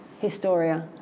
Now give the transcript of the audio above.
Historia